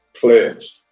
pledged